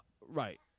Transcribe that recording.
Right